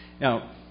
Now